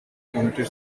committed